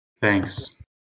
thanks